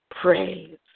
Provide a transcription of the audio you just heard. praise